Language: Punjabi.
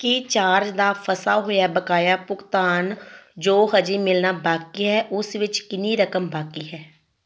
ਕੀ ਚਾਰਜ ਦਾ ਫਸਾ ਹੋਇਆ ਬਕਾਇਆ ਭੁਗਤਾਨ ਜੋ ਅਜੇ ਮਿਲਣਾ ਬਾਕੀ ਹੈ ਉਸ ਵਿੱਚ ਕਿੰਨੀ ਰਕਮ ਬਾਕੀ ਹੈ